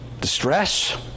distress